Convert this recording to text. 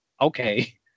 Okay